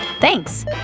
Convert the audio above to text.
Thanks